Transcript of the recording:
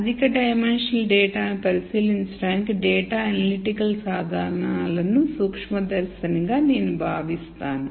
అధిక డైమెన్షనల్ డేటాను పరిశీలించడానికి డేటా ఎనలిటిక్ సాధనాలను సూక్ష్మదర్శినిగా నేను భావిస్తాను